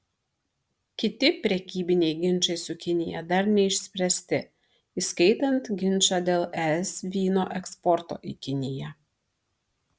kiti prekybiniai ginčai su kinija dar neišspręsti įskaitant ginčą dėl es vyno eksporto į kiniją